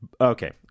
Okay